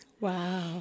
wow